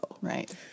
Right